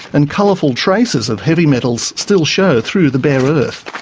and colourful traces of heavy metals still show through the bare earth.